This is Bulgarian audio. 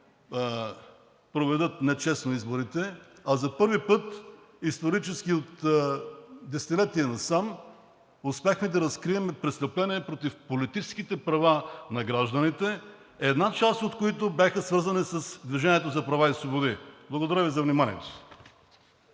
проведат нечестно изборите, а за първи път – исторически от десетилетия насам, успяхме да разкрием престъпления против политическите права на гражданите, една част от които бяха свързани с „Движение за права и свободи“. Благодаря Ви за вниманието.